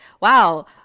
wow